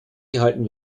gehalten